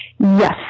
Yes